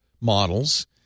models